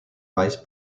vice